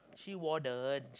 she wouldn't